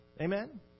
Amen